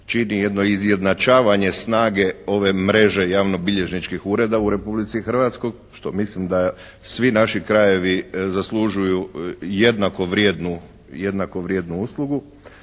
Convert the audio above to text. čini jedno izjednačavanje snage ove mreže javnobilježničkih ureda u Republici Hrvatskoj što mislim da svi naši krajevi zaslužuju jednako vrijednu uslugu.